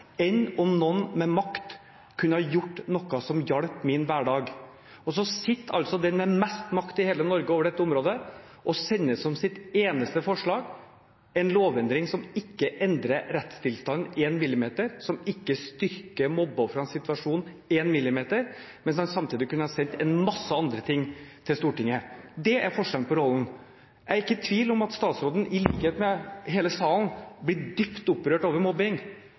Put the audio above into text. Enn om noen med makt kunne gjort noe som hjalp min hverdag! Så sitter altså den i Norge med mest makt over dette området og sender som sitt eneste forslag en lovendring som ikke endrer rettstilstanden én millimeter, som ikke styrker mobbeofrenes situasjon én millimeter, mens han samtidig kunne ha sendt en masse andre ting til Stortinget. Det er forskjellen på rollen. Jeg er ikke i tvil om at statsråden, i likhet med hele salen, blir dypt opprørt over mobbing,